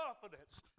confidence